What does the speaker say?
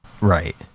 Right